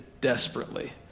desperately